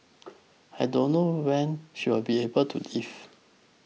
I don't know when she will be able to leave